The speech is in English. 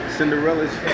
Cinderella's